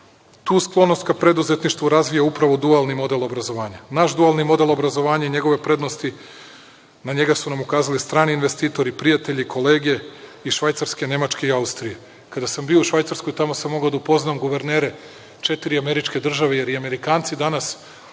Tu sklonost ka preduzetništvu razvija upravo dualni model obrazovanja. Naš dualni model obrazovanja i njegove prednosti, na njega su nam ukazali strani investitori, prijatelje i kolege iz Švajcarske, Nemačke i Austrije. Kada sam bio u Švajcarskoj tamo sam mogao da upoznam guvernere četiri američke države, jer i Amerikanci danas vide